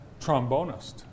trombonist